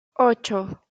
ocho